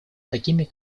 такими